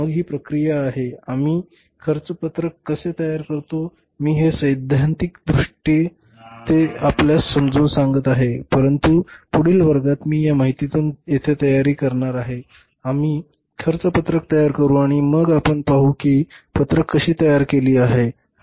मग ही प्रक्रिया आहे की आम्ही खर्चपत्रक कसे तयार करतो मी हे सैद्धांतिकदृष्ट्या ते आपल्यास समजावून सांगत आहे परंतु पुढील वर्गात मी या माहितीमधून येथे तयारी करणार आहे आम्ही खर्च पत्रक तयार करू आणि मग आपण पाहू की ही पत्रक कशी तयार केली आहे